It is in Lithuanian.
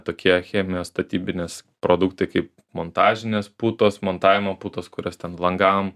tokie chemijos statybinės produktai kaip montažinės putos montavimo putos kurias ten langam